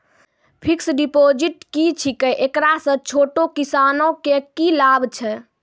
Fixed deposit की छिकै, एकरा से छोटो किसानों के की लाभ छै?